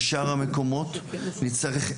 בשאר המקומות נצטרך,